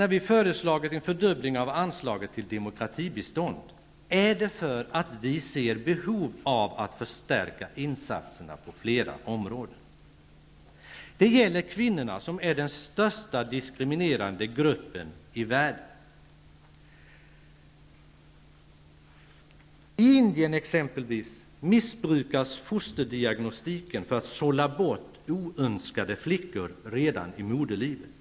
När vi har föreslagit en fördubbling av anslaget till demokratibistånd, är det för att vi ser behov av att förstärka insatserna på flera områden. Det gäller kvinnorna, som är den största diskriminerade gruppen i världen. I Indien, t.ex., missbrukas fosterdiagnostiken för att sålla bort oönskade flickor redan i moderlivet.